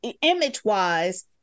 image-wise